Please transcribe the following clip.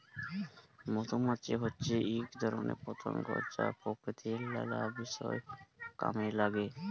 মধুমাছি হচ্যে এক ধরণের পতঙ্গ যা প্রকৃতির লালা বিষয় কামে লাগে